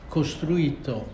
costruito